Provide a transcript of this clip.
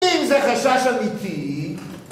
אם זה חשש אמיתי!